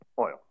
oil